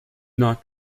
not